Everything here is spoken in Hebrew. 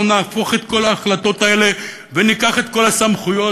נהפוך את כל ההחלטות האלה וניקח את כל הסמכויות,